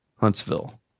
Huntsville